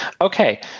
Okay